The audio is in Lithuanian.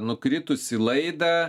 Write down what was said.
nukritusį laidą